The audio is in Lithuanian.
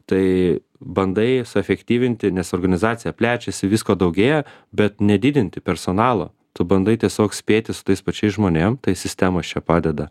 tai bandai efektyvinti nes organizacija plečiasi visko daugėja bet nedidinti personalo tu bandai tiesiog spėti su tais pačiais žmonėm tai sistemos čia padeda